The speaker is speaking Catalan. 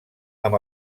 amb